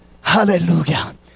Hallelujah